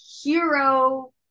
hero